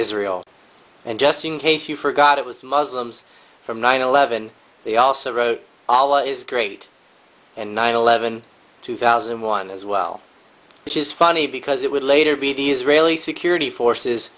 israel and just in case you forgot it was muslims from nine eleven they also wrote allah is great and nine eleven two thousand and one as well which is funny because it would later be the israeli security forces